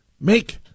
make